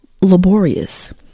Laborious